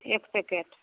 एक पैकेट